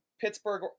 Pittsburgh